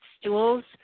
stools